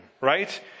right